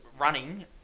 running